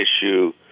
issue